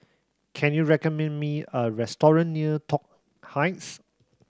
can you recommend me a restaurant near Toh Heights